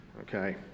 okay